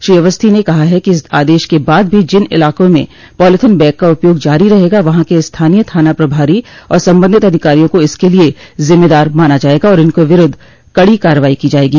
श्री अवस्थी ने कहा है कि इस आदेश के बाद भी जिन इलाकों में पॉलिथीन बैग का उपयोग जारी रहेगा वहां के स्थानीय थाना प्रभारी और संबंधित अधिकारियों को इसके लिये जिम्मेदार माना जायेगा और उनके विरूद्व कड़ी कार्रवाई की जायेगी